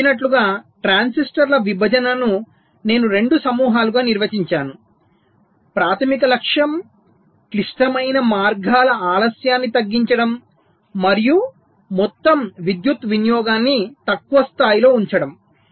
నేను చెప్పినట్లుగా ట్రాన్సిస్టర్ల విభజనను నేను రెండు సమూహాలుగా నిర్వచించాను ప్రాథమిక లక్ష్యం క్లిష్టమైన మార్గాల ఆలస్యాన్ని తగ్గించడం మరియు మొత్తం విద్యుత్ వినియోగాన్ని తక్కువ స్థాయిలో ఉంచడం